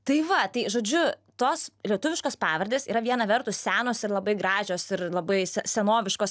tai va tai žodžiu tos lietuviškos pavardės yra viena vertus senos ir labai gražios ir labai se senoviškos